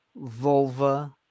vulva